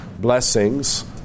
blessings